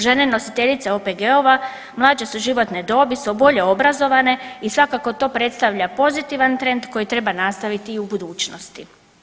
Žene nositeljice OPG-ova mlađe su životne dobi su bolje obrazovane i svakako to predstavlja pozitivan trend koji treba nastaviti i u budućnosti.